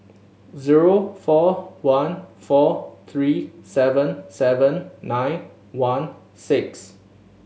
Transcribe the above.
zero four one four three seven seven nine one six